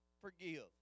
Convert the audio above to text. forgive